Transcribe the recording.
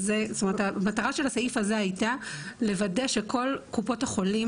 המטרה של הסעיף הזה הייתה לוודא שכל קופות החולים